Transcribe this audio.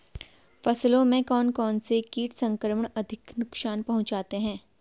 फसलों में कौन कौन से कीट संक्रमण अधिक नुकसान पहुंचाते हैं?